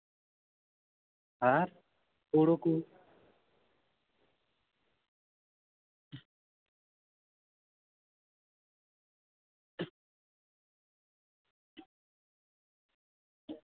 ᱟᱨ ᱦᱩᱲᱩ ᱠᱩ